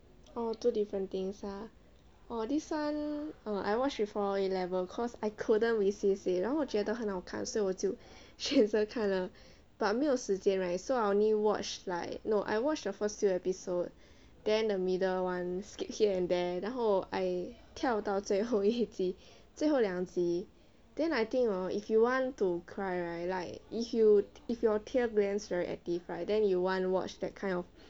oh two different things ah oh this one I watched before A level cause I couldn't resist eh 然后我觉得很好看所以我就选择看了 but 没有时间 right so I only watch like no I watched the first few episode then the middle ones skip here and there 然后 I 跳到最后一集最后两集 then I think hor if you want to cry right like if you if your tear glands very active right then you want to watch that kind of